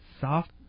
soft